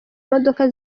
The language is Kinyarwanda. imodoka